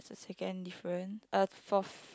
second different uh fourth